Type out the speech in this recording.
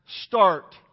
start